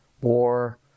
war